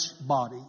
body